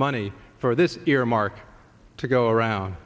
money for this earmark to go around